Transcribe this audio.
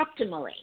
optimally